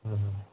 ఆహా